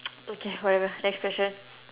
okay whatever next question